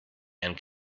and